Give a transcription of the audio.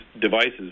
devices